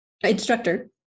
instructor